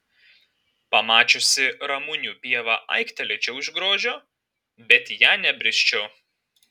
pamačiusi ramunių pievą aiktelėčiau iš grožio bet į ją nebrisčiau